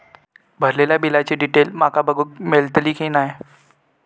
भरलेल्या बिलाची डिटेल माका बघूक मेलटली की नाय?